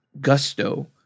gusto